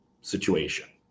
situation